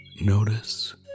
Notice